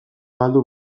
galdu